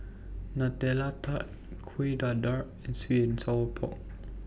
Nutella Tart Kueh Dadar and Sweet and Sour Pork